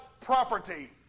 property